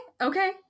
Okay